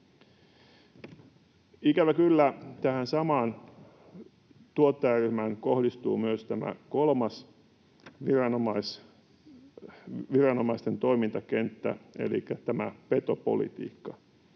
Ikävä kyllä tähän samaan tuottajaryhmään kohdistuu myös tämä kolmas viranomaisten toimintakenttä elikkä petopolitiikka.